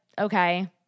okay